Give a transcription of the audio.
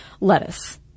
lettuce